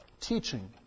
Teaching